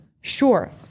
sure